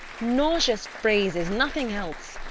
nauseous phrases nothing else!